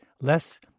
less